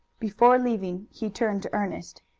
before leaving he turned to ernest.